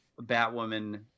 Batwoman